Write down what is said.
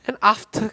and after